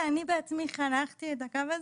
אני אגיד שאני בעצמי חנכתי את הקו הזה,